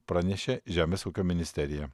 pranešė žemės ūkio ministerija